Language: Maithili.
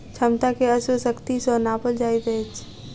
क्षमता के अश्व शक्ति सॅ नापल जाइत अछि